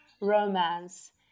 romance